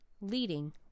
Leading